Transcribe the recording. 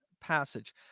passage